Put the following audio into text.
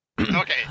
Okay